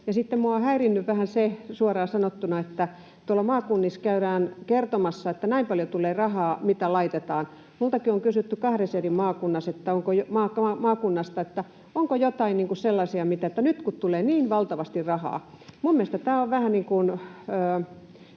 sanottuna häirinnyt vähän se, että tuolla maakunnissa käydään kertomassa, että ”näin paljon tulee rahaa, mitä laitetaan”. Minultakin on kysytty kahdesta eri maakunnasta, että ”onko jotain sellaisia mitä tehdä, nyt kun tulee niin valtavasti rahaa”. Minä en pidä tämäntyyppisestä